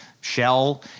shell